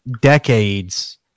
decades